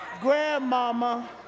grandmama